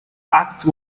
asked